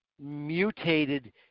mutated